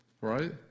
right